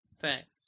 Thanks